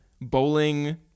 bowling